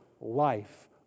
life